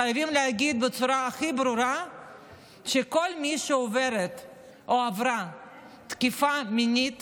חייבים להגיד בצורה הכי ברורה שכל מי שעוברת או עברה תקיפה מינית